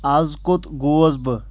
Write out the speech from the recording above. آز کۆت گوس بہٕ ؟